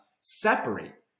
separate